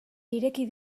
ireki